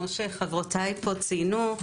כפי שחברותיי ציינו,